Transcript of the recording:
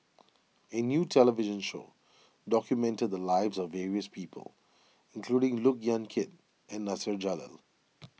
a new television show documented the lives of various people including Look Yan Kit and Nasir Jalil